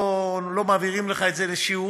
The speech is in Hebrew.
לא מעבירים לך את זה לשיעורין,